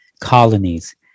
colonies